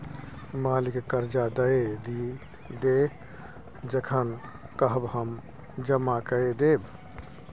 मालिक करजा दए दिअ जखन कहब हम जमा कए देब